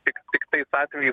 tik tiktais atvejis